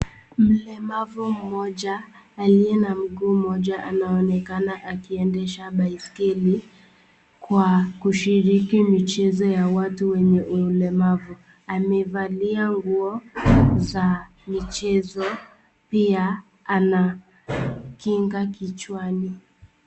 Mlemavu mmoja aliye na mguu mmoja anaonekana akiendesha baiskeli kwa kushiriki michezo ya watu wenye ulemavu. Amevalia nguo za michezo pia ana kinga kichwani.